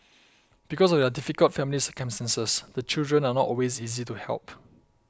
because of their difficult family circumstances the children are not always easy to help